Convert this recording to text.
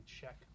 check